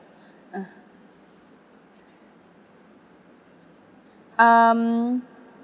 uh err mm